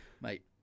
Mate